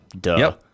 Duh